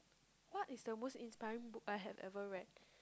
what is the most inspired book I have ever read